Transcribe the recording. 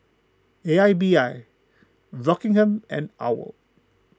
A I B I Rockingham and Owl